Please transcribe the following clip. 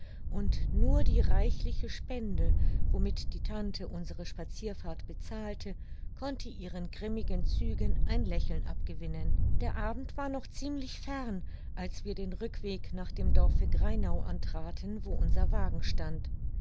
und nur die reichliche spende womit die tante unsere spazierfahrt bezahlte konnte ihren grimmigen zügen ein lächeln abgewinnen der abend war noch ziemlich fern als wir den rückweg nach dem dorfe greinau antraten wo unser wagen stand